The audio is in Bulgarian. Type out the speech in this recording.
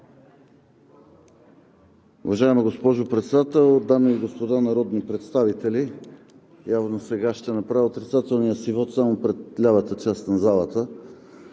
Уважаема госпожо Председател, дами и господа народни представители! Явно сега ще направя отрицателния си вот само пред лявата част на залата.